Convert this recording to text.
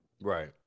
Right